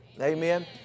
Amen